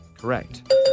Correct